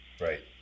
Right